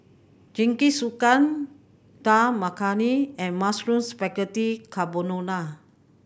Jingisukan Dal Makhani and Mushroom Spaghetti Carbonara